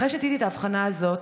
אחרי שעשיתי את ההבחנה הזו,